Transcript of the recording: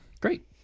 Great